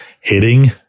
hitting